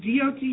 DOT